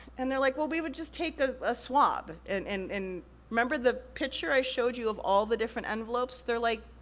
and they're like, well, we would just take a ah swab. and and and remember the picture i showed you of all the different envelopes? they're like,